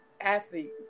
Athlete